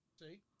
See